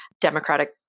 Democratic